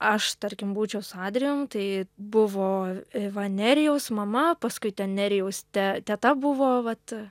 aš tarkim būčiau su adrijum tai buvo va nerijaus mama paskui ten nerijaus te teta buvo vat